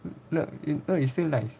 but not it's still nice